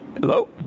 Hello